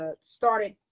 started